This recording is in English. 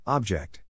Object